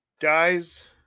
guys